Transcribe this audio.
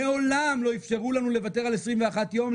מעולם לא אפשרו לנו לוותר על 21 יום,